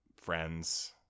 friends